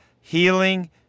Healing